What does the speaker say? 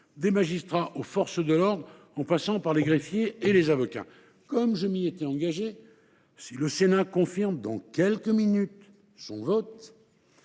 des magistrats aux forces de l’ordre, en passant par les greffiers et les avocats. Comme je m’y étais engagé, si le Sénat confirme son vote dans quelques minutes,